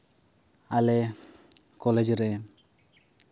ᱟᱞᱮ ᱠᱚᱞᱮᱡᱽ ᱨᱮ